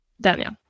Daniel